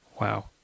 Wow